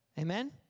Amen